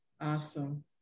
Awesome